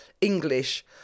English